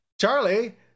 Charlie